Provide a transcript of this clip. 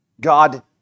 God